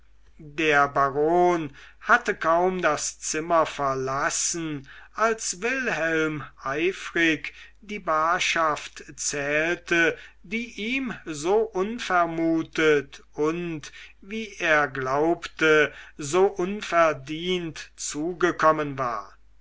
der baron hatte kaum das zimmer verlassen als wilhelm eifrig die barschaft zählte die ihm so unvermutet und wie er glaubte so unverdient zugekommen war